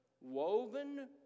woven